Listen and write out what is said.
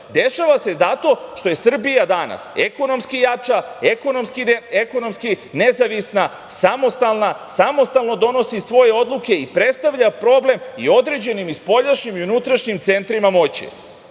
Dešava se zato što je Srbija danas ekonomski jača, ekonomski nezavisna, samostalna, samostalno donosi svoje odluke i predstavlja problem i određenim i spoljašnjim i unutrašnjim centrima moći.Zašto